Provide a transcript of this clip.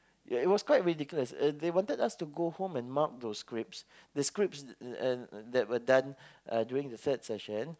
yeah it was quite ridiculous uh they wanted us to go home and mark those scripts the scripts uh that were done uh during the third session